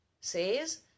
says